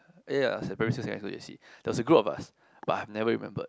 ya it's like primary school secondary school j_c there was a group of us but I've never remembered